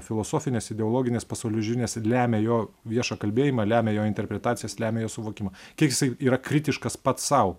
filosofinės ideologinės pasaulėžiūrinės lemia jo viešą kalbėjimą lemia jo interpretacijas lemia jo suvokimą kiek jisai yra kritiškas pats sau